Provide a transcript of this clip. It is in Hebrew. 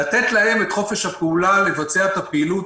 לתת להם את חופש הפעולה לבצע את הפעילות